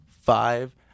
five